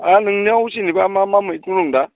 आरो नोंनियाव जेनेबा मा मा मैगं दं दा